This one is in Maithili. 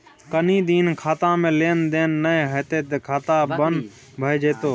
कनी दिन खातामे लेन देन नै हेतौ त खाता बन्न भए जेतौ